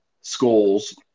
schools